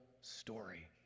story